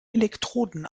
elektroden